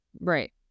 right